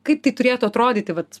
kaip tai turėtų atrodyti vat